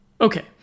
Okay